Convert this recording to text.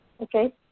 Okay